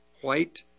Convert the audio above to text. white